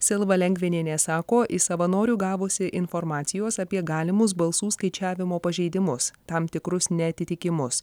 silva lengvinienė sako iš savanorių gavusi informacijos apie galimus balsų skaičiavimo pažeidimus tam tikrus neatitikimus